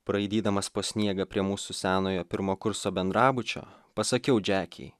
braidydamas po sniegą prie mūsų senojo pirmo kurso bendrabučio pasakiau džekei